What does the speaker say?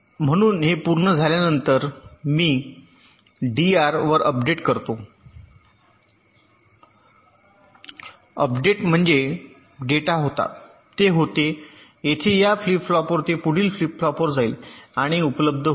म्हणून हे पूर्ण झाल्यानंतर मी डीआर वर एक अपडेट करतो अपडेट म्हणजे डेटा होता ते होते येथे या फ्लिप फ्लॉपवर ते पुढील फ्लिप फ्लॉपवर जाईल आणि उपलब्ध होईल